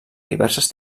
diverses